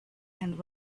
and